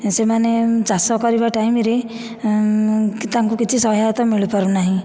ସେମାନେ ଚାଷ କରିବା ଟାଇମରେ ତାଙ୍କୁ କିଛି ସହାୟତା ମିଳିପାରୁନାହିଁ